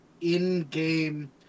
in-game